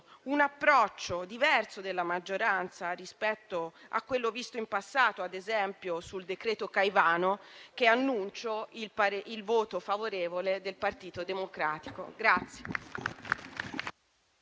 un approccio diverso della maggioranza rispetto a quello avuto nel passato, ad esempio, sul decreto Caivano, che annuncio il voto favorevole del Partito Democratico.